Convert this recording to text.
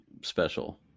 special